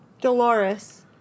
Dolores